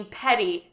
petty